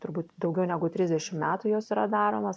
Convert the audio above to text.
turbūt daugiau negu trisdešim metų jos yra daromos